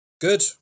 Good